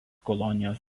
kolonijos